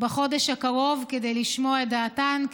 בחודש הקרוב כדי לשמוע את דעתן,